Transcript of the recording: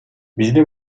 бизди